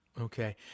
Okay